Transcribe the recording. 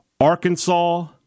Arkansas